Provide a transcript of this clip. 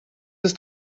ist